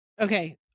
Okay